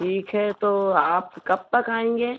ठीक है तो आप कब तक आएंगे